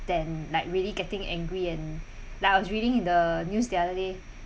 than like really getting angry and like I was reading the news the other day